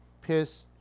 piss